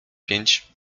pięć